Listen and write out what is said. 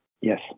yes